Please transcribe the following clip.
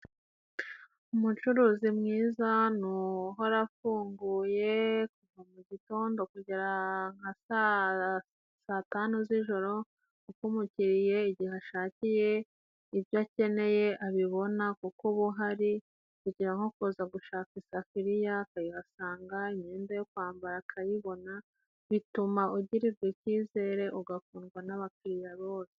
umucuruzi mwiza ni uhora afunguye , kuva mu gitondo kugera nka saa tanu z'ijoro, uko umukiriye igihe ashakiye ibyo akeneye abibona kuko uba uhari. Urugero nko kuza gushaka isafuriya akayihasanga, imyenda yo kwambara akayibona, bituma ugirirwa icyizere ugakundwa n'abakiriya bose.